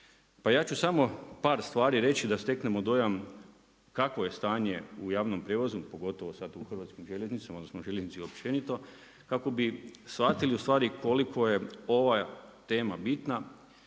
Pa ja ću samo par stvari reći da steknemo dojam kakvo je stanje u javnom prijevozu pogotovo sad u Hrvatskim željeznicama, odnosno željeznici općenito kako bi shvatili u stvari koliko je ova tema bitna